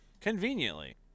Conveniently